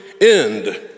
end